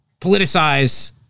politicize